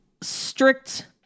strict